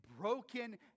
broken